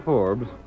Forbes